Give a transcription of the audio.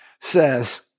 says